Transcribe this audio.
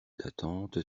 d’attente